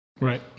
Right